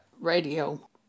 radio